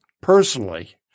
personally